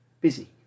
busy